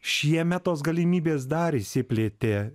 šiemet tos galimybės dar išsiplėtė